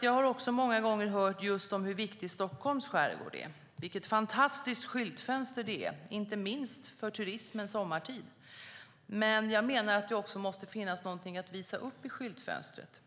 Jag har också många gånger hört hur viktig Stockholms skärgård är och vilket fantastiskt skyltfönster den är, inte minst för turismen sommartid. Men jag menar att det också måste finnas någonting att visa upp i skyltfönstret.